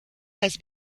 has